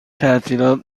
تعطیلات